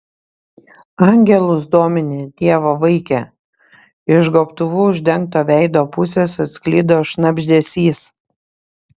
angelus domini dievo vaike iš gobtuvu uždengto veido pusės atsklido šnabždesys